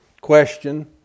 question